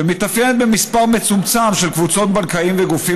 ומתאפיינת במספר מצומצם של קבוצות בנקאיים וגופים